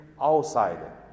outside